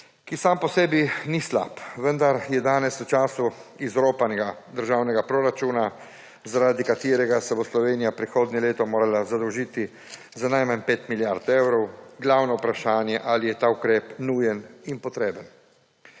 ki sam po sebi ni slab, vendar je danes, v času izropanega državnega proračuna, zaradi katerega se bo Slovenija prihodnje leto morala zadolžiti za najmanj 5 milijard evrov, glavno vprašanje ali je ta ukrep nujen in potreben.